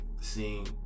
Seeing